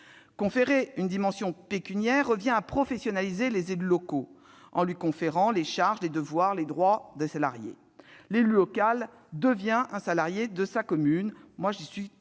Conférer une dimension pécuniaire revient à professionnaliser les élus locaux, en leur conférant les charges, les devoirs et les droits d'un salarié. L'élu local devient un salarié de la commune.